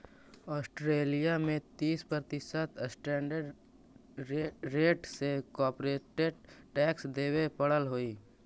Australia में तीस प्रतिशत स्टैंडर्ड रेट से कॉरपोरेट टैक्स देवे पड़ऽ हई